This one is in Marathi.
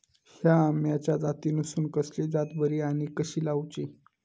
हया आम्याच्या जातीनिसून कसली जात बरी आनी कशी लाऊची?